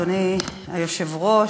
אדוני היושב-ראש,